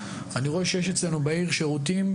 אני רואה שיש אצלנו בעיר שירותים,